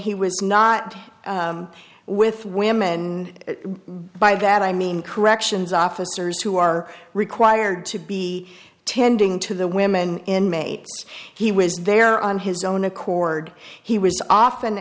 he was not with women and by that i mean corrections officers who are required to be tending to the women in may he was there on his own accord he was often